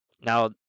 Now